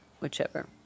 whichever